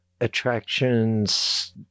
attractions